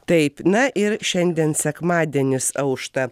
taip na ir šiandien sekmadienis aušta